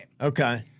Okay